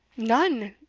none!